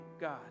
God